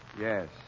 Yes